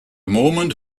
moment